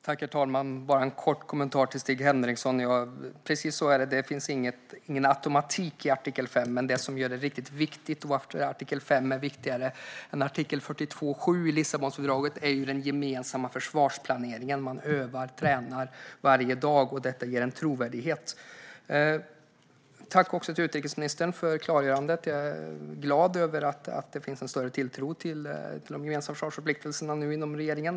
Herr talman! Jag har bara en kort kommentar till Stig Henriksson. Precis så är det; det finns ingen automatik i artikel 5, men det som gör att artikel 5 är viktigare än artikel 42.7 i Lissabonfördraget är den gemensamma försvarsplaneringen. Man övar och tränar varje dag, och detta ger en trovärdighet. Tack, utrikesministern, för klargörandet! Jag är glad över att det finns en större tilltro till de gemensamma försvarsförpliktelserna nu inom regeringen.